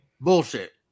Bullshit